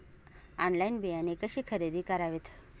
Online बियाणे कशी खरेदी करावीत?